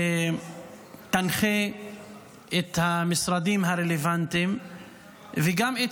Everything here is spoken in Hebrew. שתנחה את המשרדים הרלוונטיים וגם את